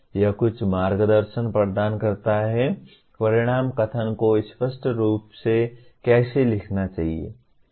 यह कुछ मार्गदर्शन प्रदान करता है कि परिणाम कथन को स्पष्ट रूप से कैसे लिखना चाहिए